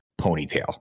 ponytail